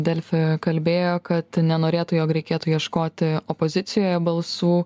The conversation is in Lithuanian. delfi kalbėjo kad nenorėtų jog reikėtų ieškoti opozicijoje balsų